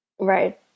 Right